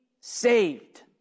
saved